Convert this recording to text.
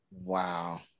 Wow